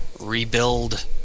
rebuild